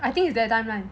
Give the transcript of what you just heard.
I think is that time one